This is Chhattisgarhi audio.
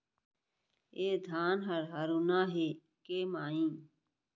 ए धान ह हरूना हे के माई?